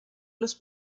los